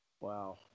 wow